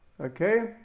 Okay